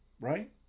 right